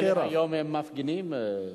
היום הם מפגינים?